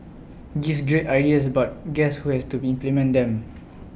gives great ideas but guess who has to be implement them